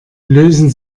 lösen